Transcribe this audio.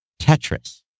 Tetris